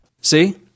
See